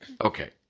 Okay